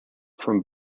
from